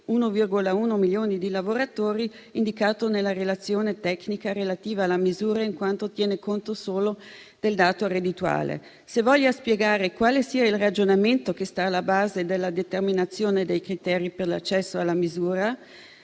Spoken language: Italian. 1,1 milioni di lavoratori indicato nella relazione tecnica relativa alla misura, in quanto tiene conto solo del dato reddituale; se voglia spiegare quale sia il ragionamento che sta alla base della determinazione dei criteri per l'accesso alla misura;